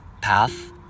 path